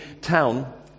town